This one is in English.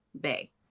Bay